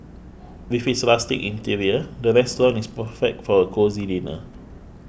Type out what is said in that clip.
with its rustic interior the restaurant is perfect for a cosy dinner